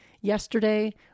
Yesterday